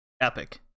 Epic